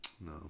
No